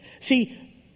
See